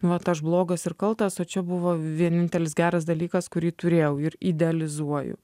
nu vat aš blogas ir kaltas o čia buvo vienintelis geras dalykas kurį turėjau ir idealizuoju